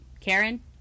Karen